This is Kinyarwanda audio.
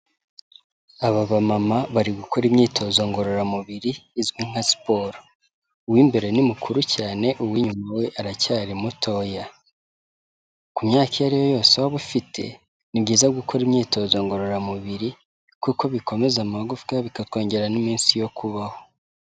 Aba bamama bari gukora imyitozo ngororamubiri izwi nka siporo, uw'imbere ni mukuru cyane, uw'inyuma we aracyari mutoya, ku myaka iyo ari yo yose waba ufite ni byiza gukora imyitozo ngororamubiri, kuko bikomeza amagufwa bikakongera n'iminsi yo kubaho.